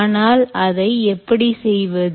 ஆனால் அதை எப்படி செய்வது